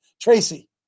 Tracy